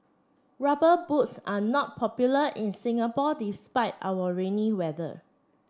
rubber boots are not popular in Singapore despite our rainy weather